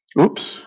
Oops